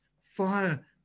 Fire